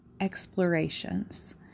explorations